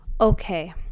Okay